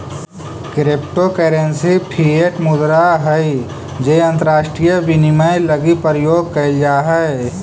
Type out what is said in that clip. crypto currency fiat मुद्रा हइ जे अंतरराष्ट्रीय विनिमय लगी प्रयोग कैल जा हइ